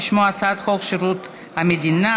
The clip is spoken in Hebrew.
ששמה הצעת חוק שירות המדינה